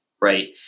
right